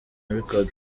records